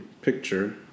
picture